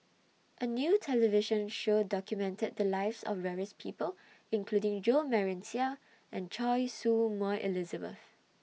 A New television Show documented The Lives of various People including Jo Marion Seow and Choy Su Moi Elizabeth